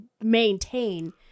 maintain